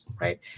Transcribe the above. right